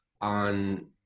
on